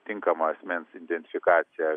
tinkama asmens identifikacija